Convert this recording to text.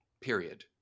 Period